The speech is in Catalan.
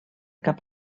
cap